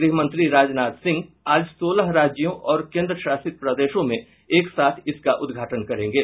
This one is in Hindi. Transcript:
गृह मंत्री राजनाथ सिंह आज सोलह राज्यों और केन्द्रशासित प्रदेशों में एक साथ इसका उद्घाटन करेंगे